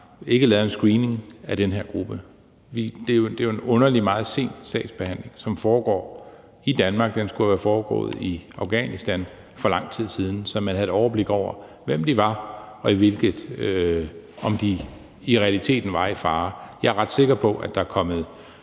ikke har lavet en screening af den her gruppe. Det er jo en underlig, meget sen sagsbehandling, som foregår i Danmark. Den skulle have været foregået i Afghanistan for lang tid siden, så man havde et overblik over, hvem de var, og om de i realiteten var i fare. Jeg er ret sikker på, at der er kommet